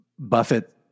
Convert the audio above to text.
Buffett